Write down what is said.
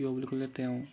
কিয় বুলি ক'লে তেওঁ